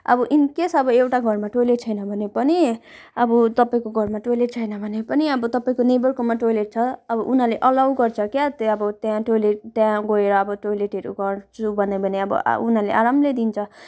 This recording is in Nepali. अब इन्केस अब एउटा घरमा टोइलेट छैन भने पनि अब तपाईँको घरमा टोइलेट छैन भने पनि अब तपाईँको नेभरकोमा टोइलेट छ अब उनीहरूले एलाउ गर्छ क्या त्यहाँ अब त्यहाँ टोइलेट त्यहाँ गएर अब टोइलेटहरू गर्छु भन्यो भने अब उनीहरूले अब आरामले दिन्छ